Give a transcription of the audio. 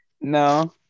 No